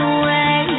away